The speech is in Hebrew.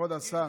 כבוד השר,